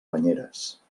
banyeres